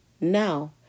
now